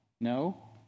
No